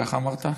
ככה אמרת?